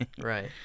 Right